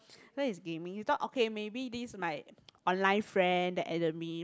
then he's gaming he thought okay maybe this might online friend that enemy